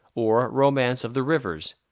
or romance of the rivers,